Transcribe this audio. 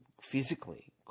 physically